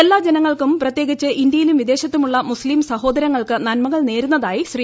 എല്ലാ ജനങ്ങൾക്കും പ്രത്യേകിച്ച് ഇന്ത്യയിലും വിദേശത്തുമുള്ള മുസ്ലീം സഹോദരങ്ങൾക്ക് നന്മകൾ നേരുന്നതായി ശ്രീ